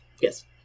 Yes